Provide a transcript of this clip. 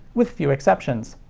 with few exceptions.